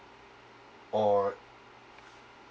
or